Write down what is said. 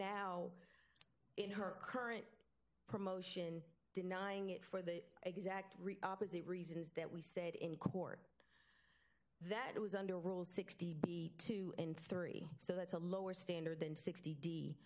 now in her current promotion denying it for the exact opposite reasons that we said in court that it was under rule sixty two and three so that's a lower standard than sixty